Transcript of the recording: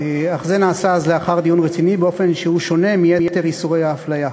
אך זה נעשה אז לאחר דיון רציני באופן שהוא שונה מיתר איסורי האפליה.